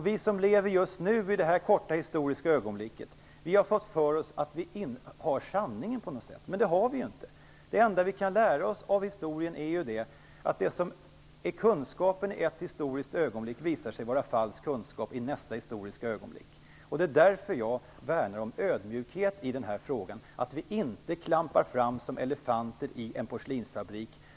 Vi som lever just nu, i detta korta historiska ögonblick, har fått för oss att vi sitter inne med sanningen på något sätt. Men det gör vi inte! Det enda vi kan lära oss av historien är att kunskap i ett visst historiskt ögonblick visar sig vara falsk kunskap i nästa. Det är därför jag värnar om ödmjukhet i denna fråga. Vi får inte klampa fram som elefanter i en porslinsfabrik.